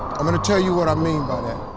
i'm going to tell you what i mean by that.